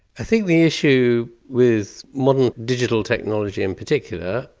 i think the issue with modern digital technology in particular,